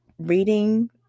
reading